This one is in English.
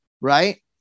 right